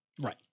Right